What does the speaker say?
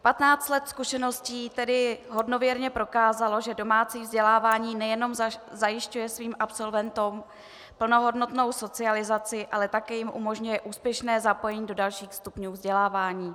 Patnáct let zkušeností tedy hodnověrně prokázalo, že domácí vzdělávání nejenom zajišťuje svým absolventům plnohodnotnou socializaci, ale taky jim umožňuje úspěšné zapojení do dalších stupňů vzdělávání.